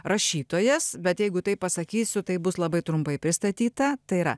rašytojas bet jeigu taip pasakysiu taip bus labai trumpai pristatyta tai yra